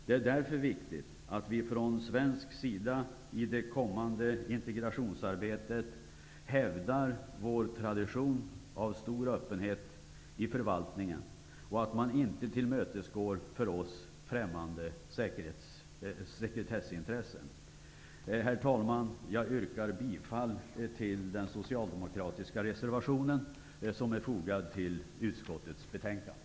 Det är därför viktigt att vi från svensk sida i det kommande integrationsarbetet hävdar vår tradition av stor öppenhet i förvaltningen och att man inte tillmötesgår för oss främmande sekretessintressen. Herr talman! Jag yrkar bifall till den socialdemokratiska reservation som är fogad till utskottets betänkande.